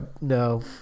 No